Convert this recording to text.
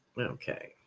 Okay